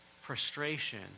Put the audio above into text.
frustration